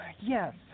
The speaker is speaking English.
Yes